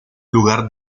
lugar